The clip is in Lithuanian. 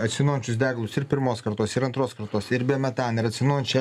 atsinaujinančius degalus ir pirmos kartos ir antros kartos ir bemetanę ir atsinaujinančią